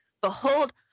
Behold